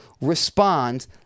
respond